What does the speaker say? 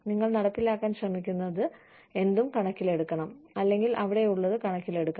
നിങ്ങൾ നടപ്പിലാക്കാൻ ശ്രമിക്കുന്നതെന്തും കണക്കിലെടുക്കണം അല്ലെങ്കിൽ അവിടെയുള്ളത് കണക്കിലെടുക്കണം